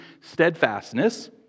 steadfastness